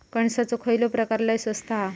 कणसाचो खयलो प्रकार लय स्वस्त हा?